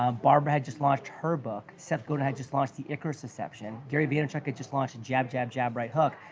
ah barbara had just launched her book, seth godin had just launched the icarus deception, gary vaynerchuk had just launched jab, jab, jab, right hook.